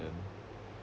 again